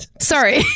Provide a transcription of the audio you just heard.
Sorry